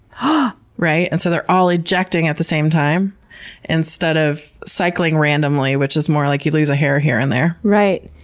but and so they're all ejecting at the same time instead of cycling randomly, which is more like you lose a hair here and there. right.